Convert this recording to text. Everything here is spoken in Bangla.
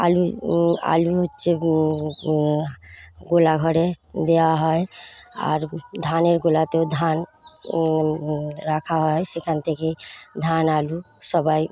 আলু আলু হচ্ছে গোলাঘরে দেওয়া হয় আর ধানের গোলাতেও ধান রাখা হয় সেখান থেকে ধান আলু সবাই